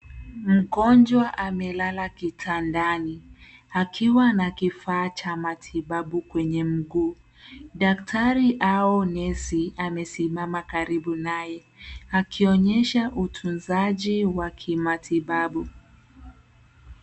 Mgonjwa amelala kitandani, akiwa na kifaa cha matibabu kwenye mguu. Daktari au nesi amesimama karibu naye, akionyesha utunzaji wa kimatibabu.